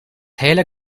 hele